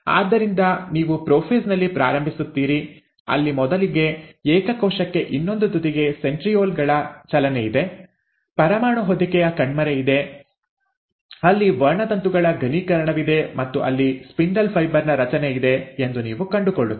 ಆದ್ದರಿಂದ ನೀವು ಪ್ರೋಫೇಸ್ ನಲ್ಲಿ ಪ್ರಾರಂಭಿಸುತ್ತೀರಿ ಅಲ್ಲಿ ಮೊದಲಿಗೆ ಏಕಕೋಶಕ್ಕೆ ಇನ್ನೊಂದು ತುದಿಗೆ ಸೆಂಟ್ರೀಯೋಲ್ ಗಳ ಚಲನೆ ಇದೆ ಪರಮಾಣು ಹೊದಿಕೆಯ ಕಣ್ಮರೆ ಇದೆ ಅಲ್ಲಿ ವರ್ಣತಂತುಗಳ ಘನೀಕರಣವಿದೆ ಮತ್ತು ಅಲ್ಲಿ ಸ್ಪಿಂಡಲ್ ಫೈಬರ್ ನ ರಚನೆ ಇದೆ ಎಂದು ನೀವು ಕಂಡುಕೊಳ್ಳುತ್ತೀರಿ